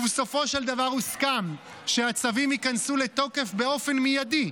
ובסופו של דבר הוסכם שהצווים ייכנסו לתוקף באופן מיידי,